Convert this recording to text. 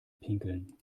pinkeln